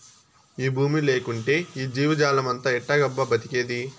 ఈ బూమి లేకంటే ఈ జీవజాలమంతా ఎట్టాగబ్బా బతికేది